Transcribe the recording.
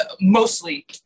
mostly